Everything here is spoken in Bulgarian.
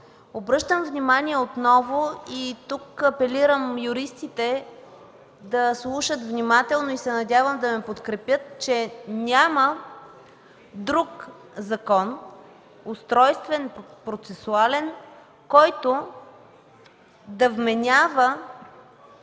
Обръщам внимание отново, и тук апелирам юристите да слушат внимателно и се надявам да ме подкрепят, че няма друг закон – устройствен, процесуален, който да вменява